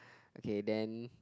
okay then